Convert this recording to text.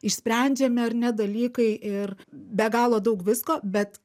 išsprendžiami ar ne dalykai ir be galo daug visko bet